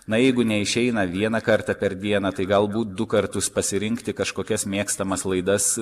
na jeigu neišeina vieną kartą per dieną tai galbūt du kartus pasirinkti kažkokias mėgstamas laidas